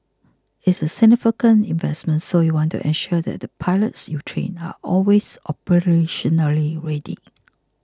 it's a significant investment so you want to ensure that the pilots you train are always operationally ready